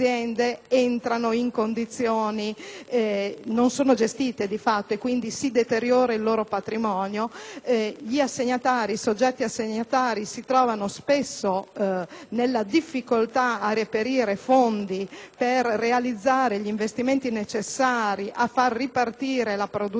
e quindi il loro patrimonio si deteriora. I soggetti assegnatari si trovano spesso nella difficoltà di reperire fondi per realizzare gli investimenti necessari a far ripartire la produzione e quindi la costituzione di un fondo a garanzia di questi investimenti,